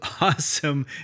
awesome